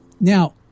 Now